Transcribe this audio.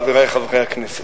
חברי חברי הכנסת,